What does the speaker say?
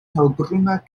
helbruna